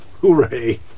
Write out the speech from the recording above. Hooray